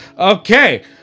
Okay